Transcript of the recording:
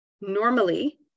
Normally